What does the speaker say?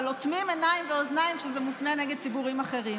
אבל אוטמים עיניים ואוזניים כשזה מופנה נגד ציבורים אחרים.